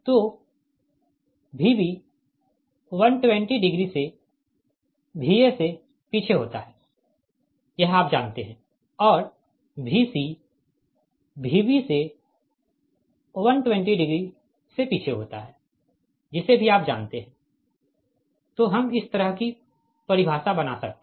तो Vb 120 degree से Va से पीछे होता है यह आप जानते है और Vc Vb से 120 डिग्री से पीछे होता है जिसे भी आप जानते है तो हम इस तरह की परिभाषा बना सकते है